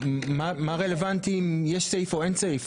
מה רלוונטי אם יש סעיף או אין סעיף?